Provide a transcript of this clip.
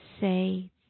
say